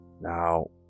Now